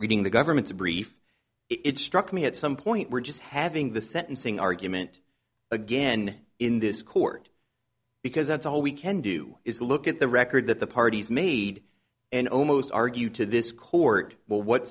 reading the government's brief it struck me at some point we're just having the sentencing argument again in this court because that's all we can do is look at the record that the parties made and almost argue to this court w